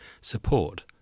support